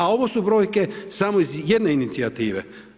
A ovo su brojke, samo iz jedne inicijative.